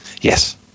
yes